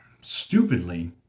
stupidly